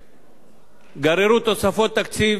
גררו תוספות תקציב לא קטנות,